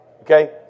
Okay